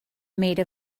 made